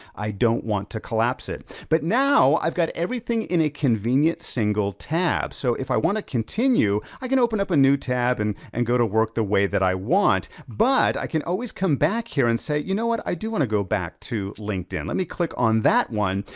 i don't want to collapse it. but, now, i've got everything in a convenient single tab. so if i wanna continue, i can open up a new tab, and and go to work the way that i want. but, i can always come back here and say, you know what, i do wanna go back to linkedin. let me click on that one,